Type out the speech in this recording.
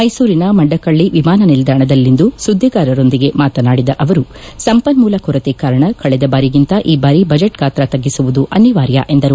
ಮೈಸೂರಿನ ಮಂಡಕ್ಕಾ ವಿಮಾನ ನಿಲ್ದಾಣದಲ್ಲಿ ಇಂದು ಸುದ್ದಿಗಾರರೊಂದಿಗೆ ಮಾತನಾಡಿದ ಅವರು ಸಂಪನ್ಮೂಲ ಕೊರತೆ ಕಾರಣ ಕಳೆದ ಬಾರಿಗಿಂತ ಈ ಬಾರಿ ಬಜೆಟ್ ಗಾತ್ರ ತ್ಗಿಸುವುದು ಅನಿವಾರ್ಯ ಎಂದರು